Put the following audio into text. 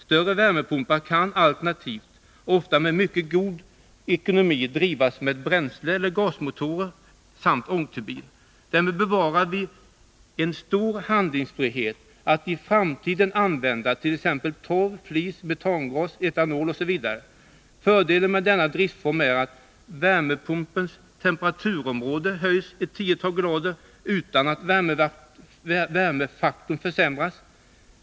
Större värmepumpar kan alternativt, och ofta med mycket god ekonomi, drivas med bränsleeller gasrnotor samt ångturbin. Därmed bevarar vi en stor handlingsfrihet att i framtiden använda t.ex. torv, flis, metangas och etanol. Fördelen med denna driftform är att värmepumpens temperaturområde höjs ett tiotal grader utan att värmefaktorn försämras.